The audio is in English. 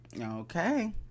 Okay